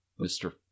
Mr